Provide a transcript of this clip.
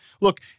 look